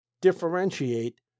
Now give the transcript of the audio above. differentiate